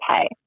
okay